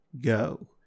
go